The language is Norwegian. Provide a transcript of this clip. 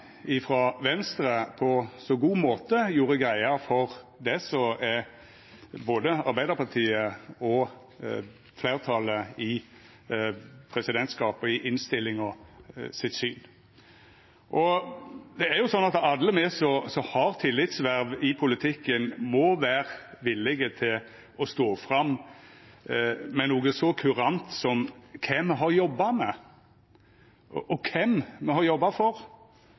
Venstre på en så god måte gjorde greie for det som er både synet til Arbeidarpartiet og synet til fleirtalet i presidentskapet i innstillinga. Det er jo slik at alle me som har tillitsverv i politikken, må vera villige til å stå fram med noko så kurant som kva me har jobba med, og kven me har jobba for.